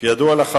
כידוע לך,